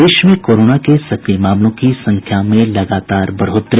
प्रदेश में कोरोना के सक्रिय मामलों की संख्या में लगातार बढ़ोतरी